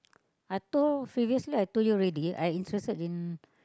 I told preciously I told you already I interested in